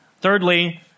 Thirdly